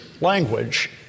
language